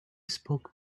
spoke